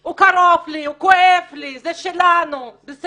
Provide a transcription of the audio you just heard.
הוא קרוב אליי, הוא כואב לי.